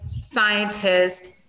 scientist